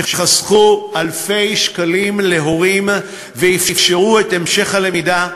שחסכו אלפי שקלים להורים ואפשרו את המשך הלמידה,